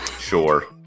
Sure